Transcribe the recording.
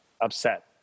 upset